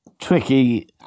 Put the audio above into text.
Tricky